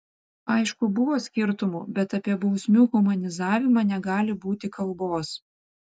aišku buvo skirtumų bet apie bausmių humanizavimą negali būti kalbos